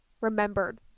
remembered